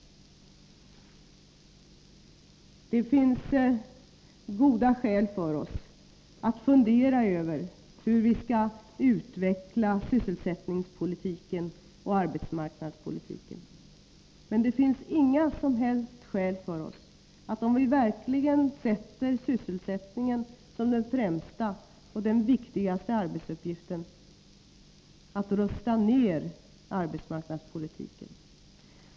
Det finns goda skäl för oss att fundera över hur vi skall utveckla sysselsättningspolitiken och arbetsmarknadspolitiken. Men det finns inga som helst skäl för oss — om vi verkligen ser sysselsättningen som den främsta och viktigaste arbetsuppgiften — att rusta ner arbetsmarknadspolitiken.